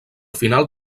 final